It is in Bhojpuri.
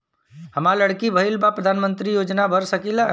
हमार लड़की भईल बा प्रधानमंत्री योजना भर सकीला?